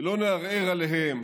ולא נערער עליהם